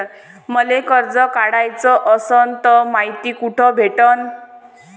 मले कर्ज काढाच असनं तर मायती कुठ भेटनं?